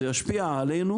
זה ישפיע עלינו